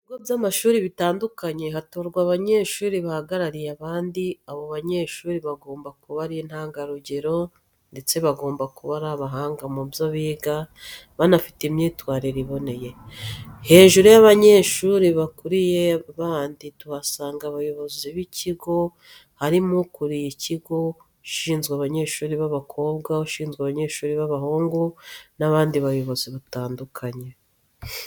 Mu bigo by'amashuri bitandukanye hatorwa abanyeshuri bahagarariye abandi, abo banyeshuri bagomba kuba ari intangarugero ndetse bagomba kuba ari abahanga mu byo biga banafite imyitwarire iboneye. Hejuru y'abanyeshuri bakuriye abandi tuhasanga abayobozi b'ikigo harimo ukuriye ikigo, ushinzwe abanyeshuri b'abakobwa, ushinzwe abanyeshuri b'abahungu n'abandi bayobozi batandukanye.